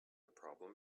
problem